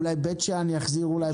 אולי לבית שאן יחזירו את הרכבת.